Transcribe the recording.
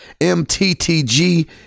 mttg